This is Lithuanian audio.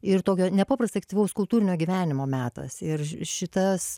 ir tokio nepaprasto aktyvaus kultūrinio gyvenimo metas ir šitas